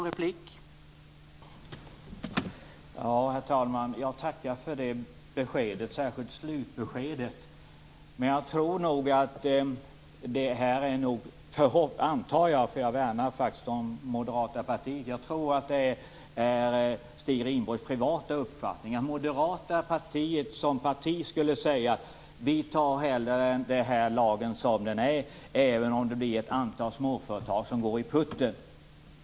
Herr talman! Jag tackar för det beskedet, särskilt slutbeskedet. Men jag antar, för jag värnar faktiskt om det moderata partiet, att detta är Stig Rindborgs privata uppfattning. Jag tror knappast att Moderaterna som parti skulle säga: Vi tar hellre den här lagen som den är, även om ett antal småföretag går i putten.